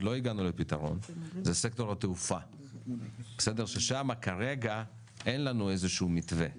לא הגענו לפתרון זה סקטור התעופה ששם כרגע אין לנו איזה שהוא מתווה.